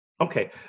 Okay